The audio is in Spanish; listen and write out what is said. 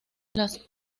las